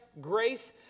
grace